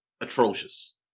atrocious